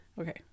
okay